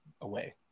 away